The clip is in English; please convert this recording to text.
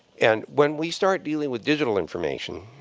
and when we start dealing with digital information,